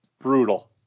brutal